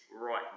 right